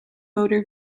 motor